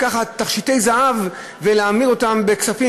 לקחת תכשיטי זהב ולהמיר אותם בכספים,